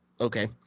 Okay